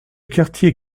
quartier